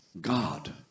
God